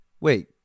wait